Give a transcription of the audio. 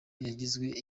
yagizwe